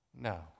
no